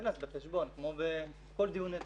יילקח בחשבון כמו בכל דיוני התקציב.